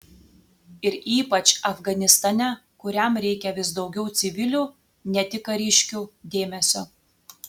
ir ypač afganistane kuriam reikia vis daugiau civilių ne tik kariškių dėmesio